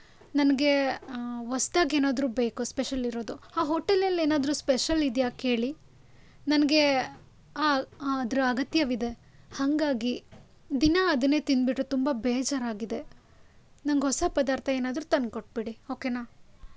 ನನಗೆ ಹೊಸ್ತಾಗೇನಾದ್ರೂ ಬೇಕು ಸ್ಪೆಷಲಿರೋದು ಆ ಹೋಟೇಲಲ್ಲಿ ಏನಾದ್ರೂ ಸ್ಪೆಷಲ್ ಇದೆಯಾ ಕೇಳಿ ನನಗೆ ಅದ್ರ ಅಗತ್ಯವಿದೆ ಹಾಗಾಗಿ ದಿನಾ ಅದನ್ನೇ ತಿಂದ್ಬಿಟ್ಟು ತುಂಬ ಬೇಜಾರಾಗಿದೆ ನಂಗೆ ಹೊಸ ಪದಾರ್ಥ ಏನಾದ್ರೂ ತಂದು ಕೊಟ್ಟುಬಿಡಿ ಓಕೆನಾ